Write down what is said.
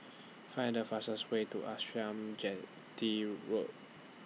Find The fastest Way to Arnasalam Chetty Road